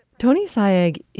tony saige?